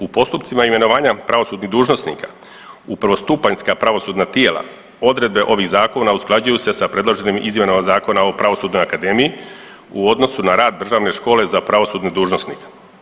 U postupcima imenovanja pravosudnih dužnosnika u prvostupanjska pravosudna tijela odredbe ovih zakona usklađuju se sa predloženim izmjenama Zakona o pravosudnoj akademiji u odnosu na rad Državne škole za pravosudne dužnosnike.